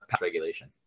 regulation